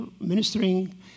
ministering